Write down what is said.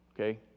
Okay